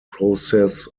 process